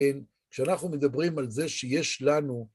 כשאנחנו מדברים על זה שיש לנו...